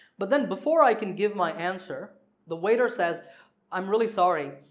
but then before i can give my answer the waiter says i'm really sorry,